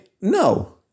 No